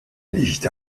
nicht